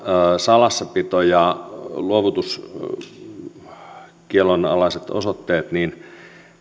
salassapito ja luovutuskiellon alaiset osoitteet